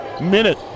minute